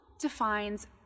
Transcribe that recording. defines